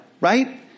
right